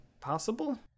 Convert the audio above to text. possible